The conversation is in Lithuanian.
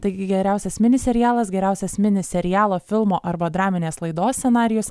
taigi geriausias mini serialas geriausias mini serialo filmo arba draminės laidos scenarijus